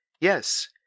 Yes